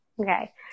Okay